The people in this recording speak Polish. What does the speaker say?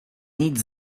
nic